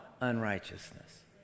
unrighteousness